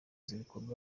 ibikorwa